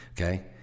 Okay